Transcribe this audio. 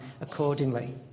accordingly